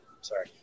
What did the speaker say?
Sorry